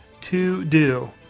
To-Do